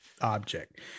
object